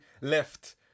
left